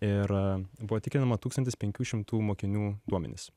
ir buvo tikrinama tūkstantis penkių šimtų mokinių duomenys